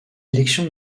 élections